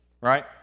right